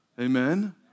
Amen